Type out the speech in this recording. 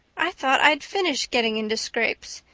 i thought i'd finished getting into scrapes,